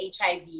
HIV